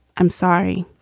i'm sorry.